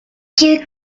kid